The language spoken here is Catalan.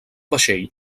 vaixell